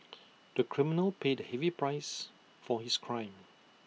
the criminal paid A heavy price for his crime